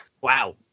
Wow